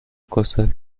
cosas